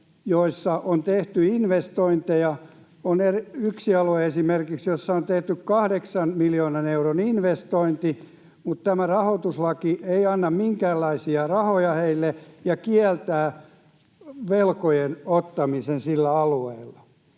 joissa on tehty investointeja: on esimerkiksi yksi alue, jossa on tehty 8 miljoonan euron investointi, mutta tämä rahoituslaki ei anna minkäänlaisia rahoja heille ja kieltää velkojen ottamisen sillä alueella.